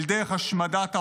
אל דרך השמדת האויב,